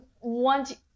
want